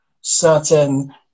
certain